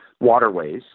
waterways